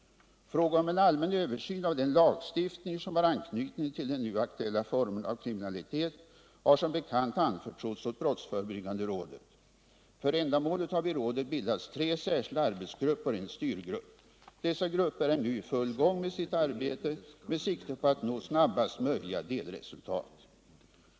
Frågan om en allmän översyn av den lagstiftning som har anknytning till de nu aktuella formerna av kriminalitet har som bekant anförtrotts åt brottsförebyggande rådet. För ändamålet har vid rådet bildats tre särskilda arbetsgrupper och en styrgrupp. Dessa grupper är nu i full gång med sitt arbete med sikte på att nå snabbaste möjliga delresultat.